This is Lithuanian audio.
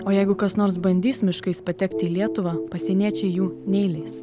o jeigu kas nors bandys miškais patekti į lietuvą pasieniečiai jų neįleis